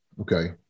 Okay